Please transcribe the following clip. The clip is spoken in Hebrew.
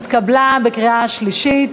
התקבל בקריאה שלישית.